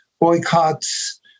boycotts